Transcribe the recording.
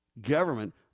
government